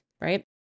right